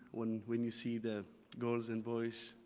when when you see the girls and boys,